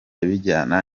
bijyana